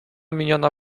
miniona